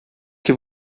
que